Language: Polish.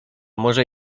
może